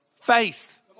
faith